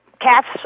Cats